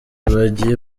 bagiye